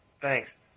Thanks